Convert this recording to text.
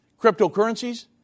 Cryptocurrencies